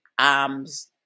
arms